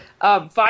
Five